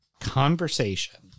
conversation